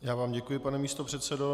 Já vám děkuji, pane místopředsedo.